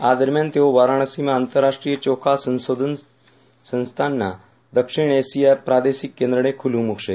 આ દરમિયાન તેઓ વારામસીમાં આંતરરાષ્ટ્રીય ચોખા સંશોધન સંસ્થાના દક્ષિણ એશિયા પ્રાદેશિક કેન્દ્રને ખુલ્લું મુકશે